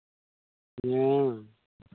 ᱦᱮᱸ ᱢᱟ